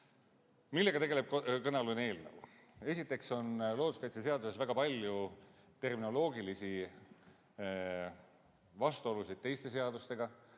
Millega tegeleb kõnealune eelnõu? Esiteks on looduskaitseseaduses väga palju terminoloogilisi vastuolusid teiste seadustega.